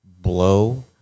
blow